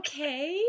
Okay